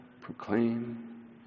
proclaim